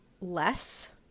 less